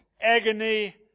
agony